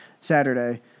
Saturday